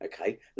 okay